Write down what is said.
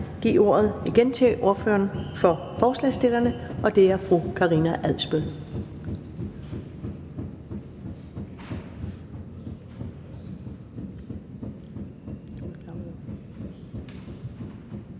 give ordet til ordføreren for forslagsstillerne, og det er fru Karina Adsbøl.